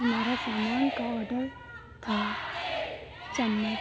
हमारा सामान का ओडर था चम्मच